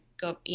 go